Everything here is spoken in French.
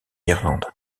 irlande